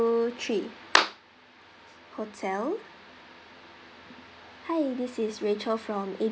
three hotel hi this is rachel from A